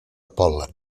pol·len